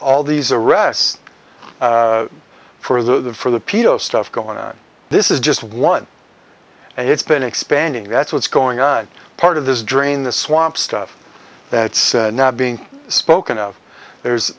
all these arrests for the for the peto stuff going on this is just one and it's been expanding that's what's going on part of this drain the swamp stuff that's not being spoken of there's